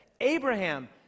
Abraham